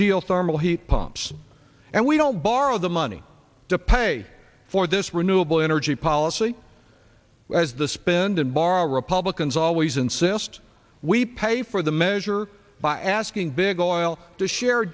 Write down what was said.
geothermal heat pumps and we don't borrow the money to pay for this renewable energy policy as the spend and borrow republicans always insist we pay for the measure by asking big oil to share